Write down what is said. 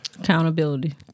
Accountability